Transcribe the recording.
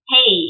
Hey